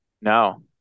No